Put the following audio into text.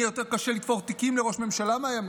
יהיה קשה יותר לתפור תיקים לראש ממשלה מהימין.